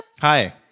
Hi